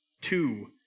Two